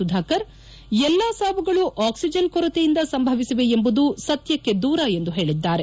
ಸುಧಾಕರ್ ಎಲ್ಲಾ ಸಾವುಗಳು ಆಕ್ಸಿಜನ್ ಕೊರತೆಯಿಂದ ಸಂಭವಿಸಿವೆ ಎಂಬುದು ಸತ್ವಕ್ಷೆ ದೂರ ಎಂದು ಹೇಳಿದ್ದಾರೆ